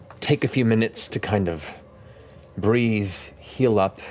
take a few minutes to kind of breathe, heal up,